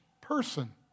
person